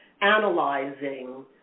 analyzing